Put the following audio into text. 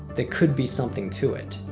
there could be something to it.